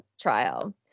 trial